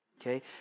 Okay